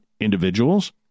individuals